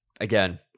again